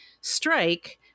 strike